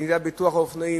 אם על ביטוח אופנועים,